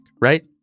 right